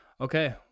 okay